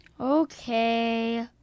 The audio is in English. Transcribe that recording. Okay